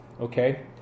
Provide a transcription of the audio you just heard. Okay